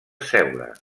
seure